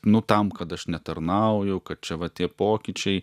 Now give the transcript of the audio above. nu tam kad aš netarnauju kad čia va tie pokyčiai